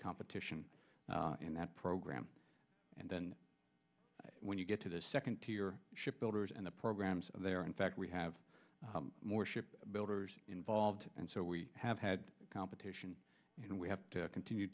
competition in that program and then when you get to the second tier shipbuilders and the programs there are in fact we have more ship builders involved and so we have had competition and we have to continue